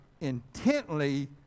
intently